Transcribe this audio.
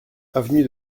avenue